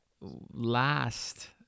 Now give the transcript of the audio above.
last